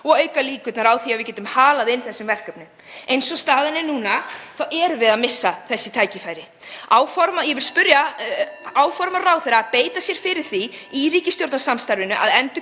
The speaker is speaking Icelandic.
og auka líkurnar á því að við getum halað inn þessi verkefni. Eins og staðan er núna erum við að missa þessi tækifæri. Ég vil spyrja: (Forseti hringir.) Áformar ráðherra að beita sér fyrir því í ríkisstjórnarsamstarfinu að